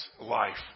life